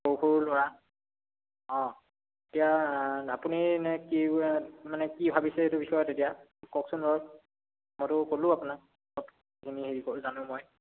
সৰু সৰু ল'ৰা অঁ এতিয়া আপুনি এনে কি মানে কি ভাবিছে এইটো বিষয়ত এতিয়া কওকচোন বাৰু মইতো ক'লোঁ আপোনাক যিখিনি হেৰি কৰোঁ জানো মই